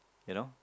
you know